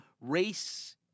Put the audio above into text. race